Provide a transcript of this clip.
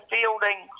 Fielding